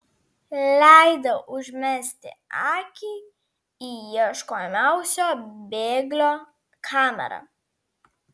leido užmesti akį į ieškomiausio bėglio kamerą